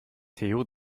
theo